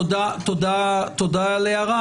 תודה על ההערה.